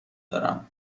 دارم